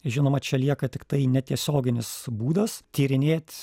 žinoma čia lieka tiktai netiesioginis būdas tyrinėt